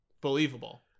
believable